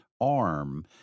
arm